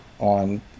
on